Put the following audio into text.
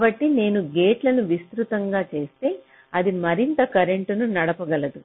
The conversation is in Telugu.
కాబట్టి నేను గేట్లను విస్తృతంగా చేస్తే అది మరింత కరెంట్ను నడపగలదు